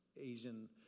Asian